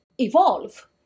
evolve